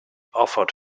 offered